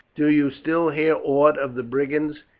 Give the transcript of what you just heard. do you still hear aught of the brigands,